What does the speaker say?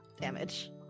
damage